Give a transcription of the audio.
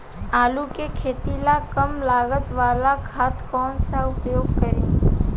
आलू के खेती ला कम लागत वाला खाद कौन सा उपयोग करी?